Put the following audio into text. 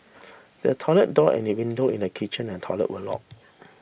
the toilet door and the window in the kitchen and toilet were locked